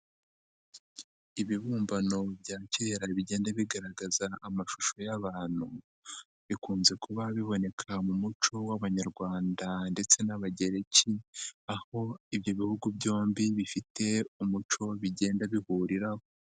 Ibibumbano bya kera bigenda bigaragaza amashusho y'abantu bikunze kuba biboneka mu muco w'abanyarwanda ndetse n'abagereki aho ibyo bihugu byombi bifite umuco bigenda bihuriraho.